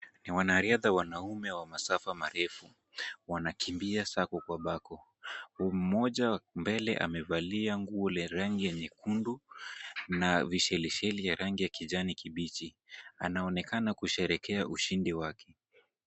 Ni wanariadha wanaume wa masafa marefu. Wanakimbia sako kwa bako. Mmoja mbele amevalia nguo la rangi ya nyekundu na visherisheri ya rangi ya kijani kibichi. Anaonekana kusherehekea ushindi wake.